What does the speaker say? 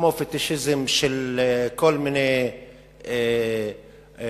כמו פטישיזם של כל מיני ערכים,